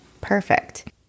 Perfect